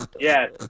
Yes